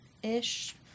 Ish